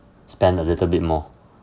spend a little bit more